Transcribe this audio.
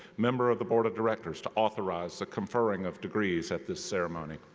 member of the board of directors, to authorize the conferring of degrees at this ceremony.